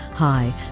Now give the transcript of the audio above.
Hi